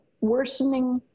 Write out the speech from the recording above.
worsening